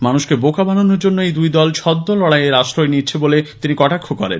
মানুষকে বোকা বনানোর জন্যে এই দুই দল ছদ্ম লড়াই এর আশ্রয় নিচ্ছেন বলে তিনি কটাক্ষ করেন